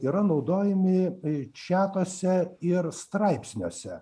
yra naudojami čiatuose ir straipsniuose